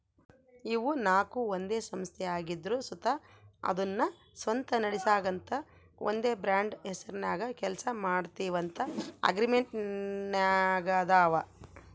ಇವು ನಾಕು ಒಂದೇ ಸಂಸ್ಥೆ ಆಗಿದ್ರು ಸುತ ಅದುನ್ನ ಸ್ವಂತ ನಡಿಸ್ಗಾಂತ ಒಂದೇ ಬ್ರಾಂಡ್ ಹೆಸರ್ನಾಗ ಕೆಲ್ಸ ಮಾಡ್ತೀವಂತ ಅಗ್ರಿಮೆಂಟಿನಾಗಾದವ